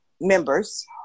members